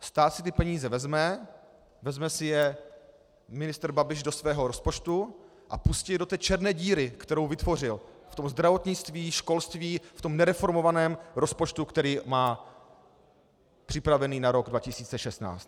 Stát si ty peníze vezme, vezme si je ministr Babiš do svého rozpočtu a pustí je do té černé díry, kterou vytvořil v tom zdravotnictví, školství, v tom nereformovaném rozpočtu, který má připravený na rok 2016.